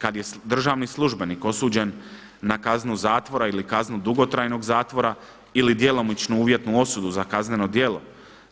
Kada je državni službenik osuđen na kaznu zatvora ili kaznu dugotrajnog zatvora ili djelomičnu uvjetnu osudu za kazneno djelo